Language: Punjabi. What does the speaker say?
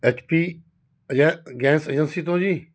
ਐਚ ਪੀ ਏਜੰ ਗੈਂਸ ਏਜੰਸੀ ਤੋਂ ਜੀ